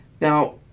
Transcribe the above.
now